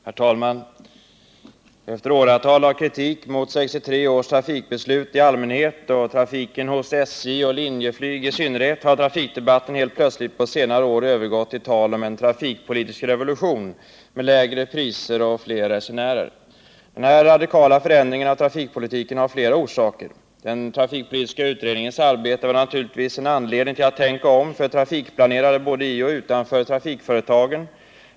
Herr talman! Efter åratal av kritik mot 1963 års trafikbeslut i allmänhet och trafiken hos SJ och Linjeflyg i synnerhet har trafikdebatten helt plötsligt på senare år övergått till tal om en trafikpolitisk revolution med lägre priser och fler resenärer. Denna radikala förändring av trafikpolitiken har flera orsaker. Den trafikpolitiska utredningens arbete var naturligtvis en anledning till att tänka om för trafikplanerare både i och utanför trafikföretagen.